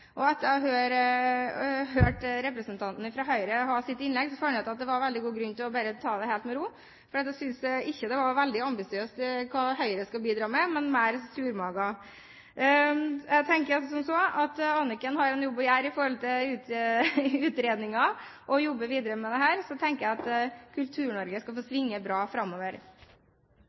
og etter å ha hørt innlegget til representanten fra Høyre fant jeg ut at det er veldig god grunn til bare å ta det helt med ro. Jeg syntes ikke det var veldig ambisiøst det Høyre skulle bidra med, men mer surmaga. Jeg tenker altså som så at Anniken har en jobb å gjøre i forhold til utredningen og å jobbe videre med dette. Så tenker jeg at Kultur-Norge skal få svinge bra framover.